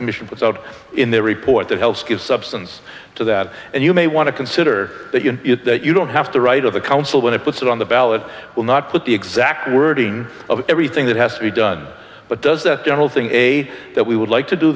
commission puts out in their report that helps give substance to that and you may want to consider that you know that you don't have the right of the council when it puts it on the ballot will not put the exact wording of everything that has to be done but does the whole thing a that we would like to do